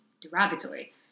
derogatory